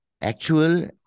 actual